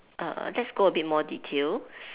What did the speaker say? okay let's go a bit more detail